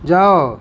ଯାଅ